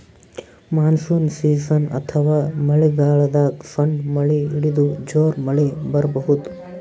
monsoon season ಅಥವಾ ಮಳಿಗಾಲದಾಗ್ ಸಣ್ಣ್ ಮಳಿ ಹಿಡದು ಜೋರ್ ಮಳಿ ಬರಬಹುದ್